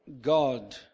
God